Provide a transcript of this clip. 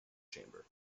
chamber